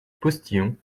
postillon